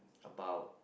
about